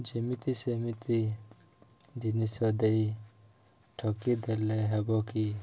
ଯେମିତି ସେମିତି ଜିନିଷ ଦେଇ ଠକି ଦେଲେ ହେବ କି